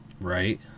right